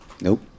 Nope